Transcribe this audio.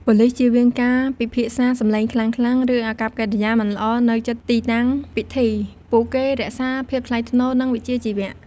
ប៉ូលិសជៀសវាងការពិភាក្សាសំឡេងខ្លាំងៗ ឬអាកប្បកិរិយាមិនល្អនៅជិតទីតាំងពិធី ពួកគេរក្សាភាពថ្លៃថ្នូរ និងវិជ្ជាជីវៈ។